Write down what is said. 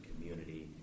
community